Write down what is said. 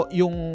yung